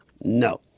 No